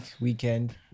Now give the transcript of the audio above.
weekend